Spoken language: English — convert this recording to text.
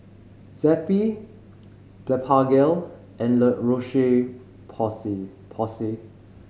Zappy Blephagel and La Roche Porsay